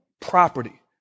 property